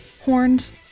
horns